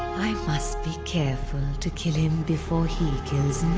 i must be careful to kill him before he kills